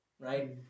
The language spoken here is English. right